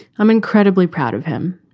i'm incredibly proud of him.